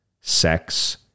sex